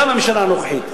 גם הממשלה הנוכחית.